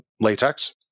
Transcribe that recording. Latex